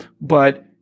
but-